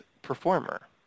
performer